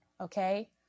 okay